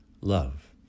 love